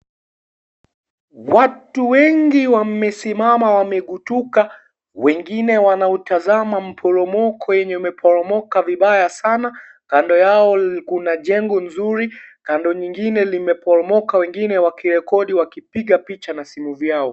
Watu wengi wamesimama wamegutuka, wengine wanautazama mporomoko yenye umeporomoka vibaya sana, kando yao kuna jengo nzuri, kando nyingine limeporomoka wengine wakirekodi wakipiga picha na simu vyao.